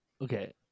okay